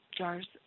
jars